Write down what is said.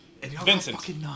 Vincent